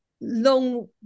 long